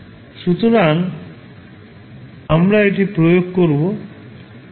সুতরাং আমরা এটি প্রয়োগ করবো